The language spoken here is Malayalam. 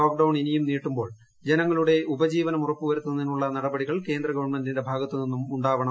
ലോക്ഡൌൺ ഇനിയും നീട്ടുമ്പോൾ ജനങ്ങളുടെ ഉപജീവനം ഉറപ്പുവരുത്തുന്നതിനുള്ള നടപടികൾ കേന്ദ്രഗവൺമെന്റിന്റെ ഭാഗത്തു നിന്നും ഉണ്ടാവണം